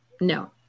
no